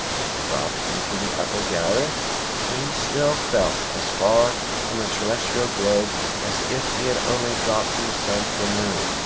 when he dropped into the upper gallery he still felt as far from the terrestrial globe as if he had only dropped from the sun to the moon.